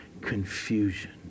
confusion